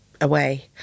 away